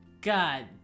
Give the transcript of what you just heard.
God